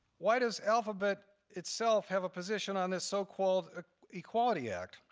why does alphabet itself have a position on this so-called equality act?